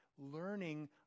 learning